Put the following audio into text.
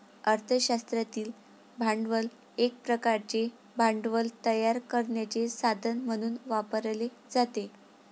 अर्थ शास्त्रातील भांडवल एक प्रकारचे भांडवल तयार करण्याचे साधन म्हणून वापरले जाते